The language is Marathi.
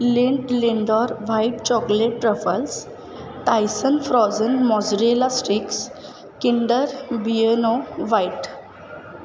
lint Lindor white chocolate truffles Tyson frozen mozzarella sticks Kinder Bueno white